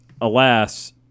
alas